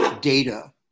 data